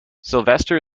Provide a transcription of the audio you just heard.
sylvester